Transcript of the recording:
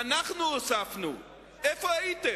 איפה הייתם?